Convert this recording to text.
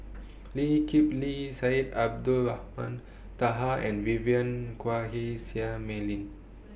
Lee Kip Lee Syed Abdulrahman Taha and Vivien Quahe Seah Mei Lin